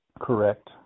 Correct